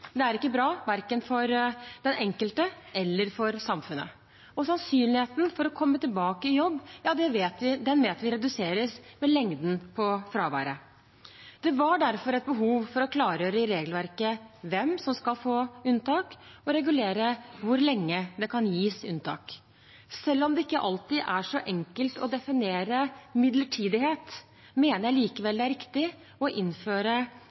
Det er ikke bra, verken for den enkelte eller for samfunnet, og vi vet at sannsynligheten for å komme tilbake i jobb reduseres med lengden på fraværet. Det var derfor et behov for å klargjøre i regelverket hvem som skal få unntak, og regulere hvor lenge det kan gis unntak. Selv om det ikke alltid er så enkelt å definere «midlertidighet», mener jeg det er riktig å innføre